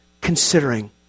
considering